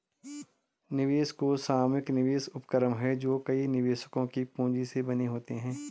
निवेश कोष सामूहिक निवेश उपक्रम हैं जो कई निवेशकों की पूंजी से बने होते हैं